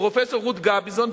פרופסור רות גביזון,